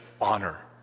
honor